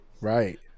Right